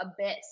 abyss